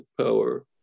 power